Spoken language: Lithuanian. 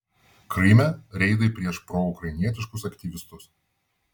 kryme reidai prieš proukrainietiškus aktyvistus